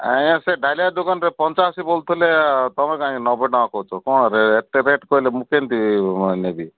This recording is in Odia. ଆଜ୍ଞା ସେ ଡାଲିଆ ଦୋକାନରେ ପଞ୍ଚାଅଶୀ ବୋଲୁଥିଲେ ତମେ କାନ୍ଯେ ନବେ ଟଙ୍କା କହୁଛ କ'ଣ ଏତେ ରେଟ୍ କହିଲେ ମୁଁ କେମିତି ନେବି